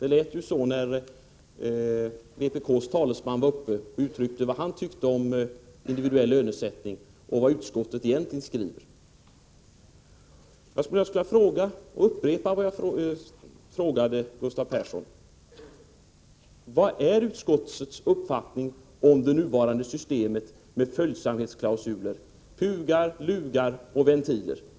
Det lät ju så när vpk:s talesman sade vad han tyckte om individuell lönesättning. Jag skall upprepa min fråga till Gustav Persson: Vilken är utskottets uppfattning om det nuvarande systemet med följsamhetsklausuler PUG:ar, LUG:ar och ventiler?